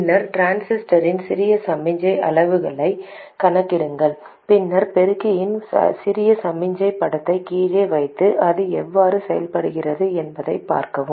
பின்னர் டிரான்சிஸ்டரின் சிறிய சமிக்ஞை அளவுருக்களைக் கணக்கிடுங்கள் பின்னர் பெருக்கியின் சிறிய சமிக்ஞை படத்தை கீழே வைத்து அது எவ்வாறு செயல்படுகிறது என்பதைப் பார்க்கவும்